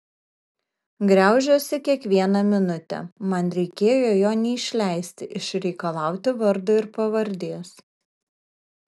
griaužiuosi kiekvieną minutę man reikėjo jo neišleisti išreikalauti vardo ir pavardės